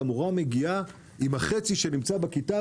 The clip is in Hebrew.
המורה מגיעה ומתחילה לצעוק על החצי שנמצא בכיתה,